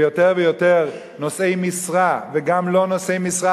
ויותר ויותר נושאי משרה וגם לא נושאי משרה,